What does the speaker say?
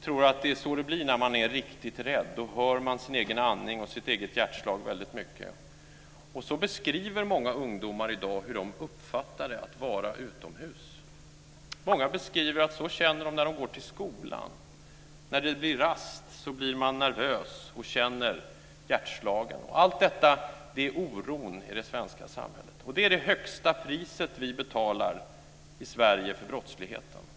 tror att det är så det blir när man är riktigt rädd: Då hör man sin egen andning och sina egna hjärtslag väldigt tydligt. Så beskriver många ungdomar i dag att det uppfattar det att vara utomhus. Många beskriver att det är så de känner när de går till skolan. När det blir rast blir man nervös och känner hjärtslagen. Allt detta är oron i det svenska samhället, och det är det högsta priset vi betalar för brottsligheten i Sverige.